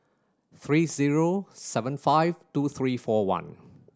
three zero seven five two three four one